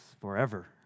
forever